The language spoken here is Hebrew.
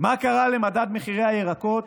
מה קרה למדד מחירי הירקות?